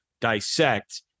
dissect